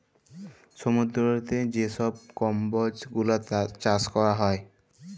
সমুদ্দুরেতে যে ছব কম্বজ গুলা চাষ ক্যরা হ্যয়